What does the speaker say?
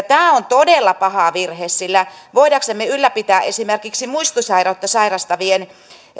tämä on todella paha virhe sillä voidaksemme ylläpitää esimerkiksi muistisairautta sairastavien